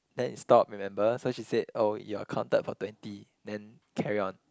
then it stopped remember so she said oh you are accounted for twenty then carry on